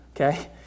okay